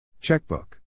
Checkbook